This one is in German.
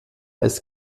als